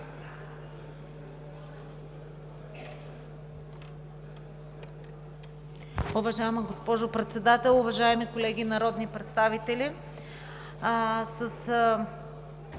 Уважаема госпожо Председател, уважаеми колеги народни представители!